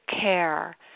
care